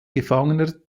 gefangener